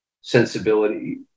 sensibility